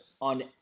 on